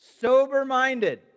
Sober-minded